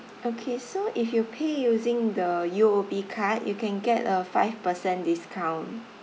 okay so if you pay using the U_O_B card you can get a five percent discount